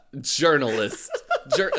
journalist